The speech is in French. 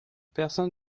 personne